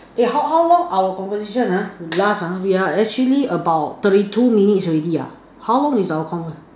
eh how how long our conversation ah we last ah we are actually about thirty two minutes ah how long is our convo~